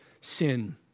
sin